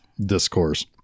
discourse